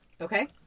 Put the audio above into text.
Okay